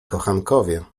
kochankowie